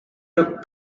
took